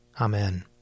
Amen